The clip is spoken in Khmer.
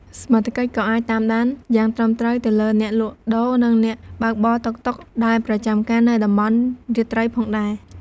សមត្ថកិច្ច ក៏អាច តាមដាន យ៉ាងត្រឹមត្រូវទៅលើ អ្នកលក់ដូរ និង អ្នកបើកបរតុកតុក ដែលប្រចាំការនៅតំបន់រាត្រីផងដែរ។